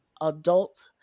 adult